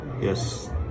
Yes